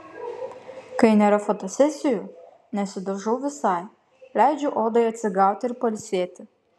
kai nėra fotosesijų nesidažau visai leidžiu odai atsigauti ir pailsėti